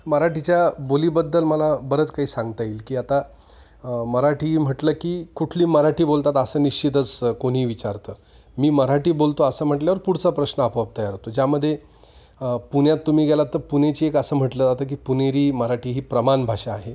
मराठीच्या बोलीबद्दल मला बरंच काही सांगता येईल की आता मराठी म्हटलं की कुठली मराठी बोलतात असं निश्चितच कोणीही विचारतं मी मराठी बोलतो असं म्हटल्यावर पुढचा प्रश्न आपोआप तयार होतो ज्यामध्ये पुण्यात तुम्ही गेलात तर पुण्याची एक असं म्हटलं जातं की पुणेरी मराठी ही प्रमाणभाषा आहे